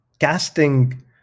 casting